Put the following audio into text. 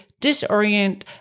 disorient